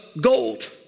gold